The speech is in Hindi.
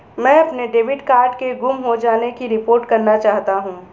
मैं अपने डेबिट कार्ड के गुम हो जाने की रिपोर्ट करना चाहता हूँ